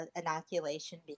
inoculation